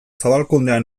zabalkundea